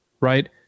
right